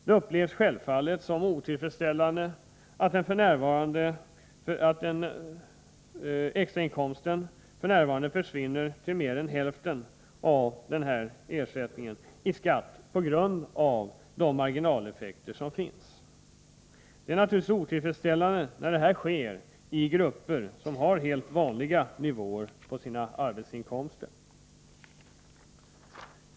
Det upplevs självfallet som otillfredsställande att extrainkomsten f. n., på grund av de marginaleffekter som finns, till mer än hälften försvinner i skatt. Det är naturligtvis otillfredsställande när detta sker i grupper som har helt vanliga nivåer på sina arbetsinkomster.